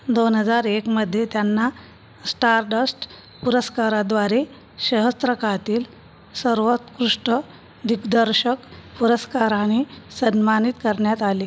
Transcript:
दोन हजार एकमध्ये त्यांना स्टारडस्ट पुरस्काराद्वारे सहस्त्रकातील सर्वोत्कृष्ट दिग्दर्शक पुरस्काराने सन्मानित करण्यात आले